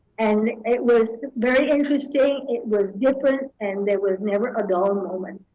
and it was very interesting. it was different and there was never a dull moment.